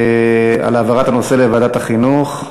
העברת הנושא לוועדת החינוך.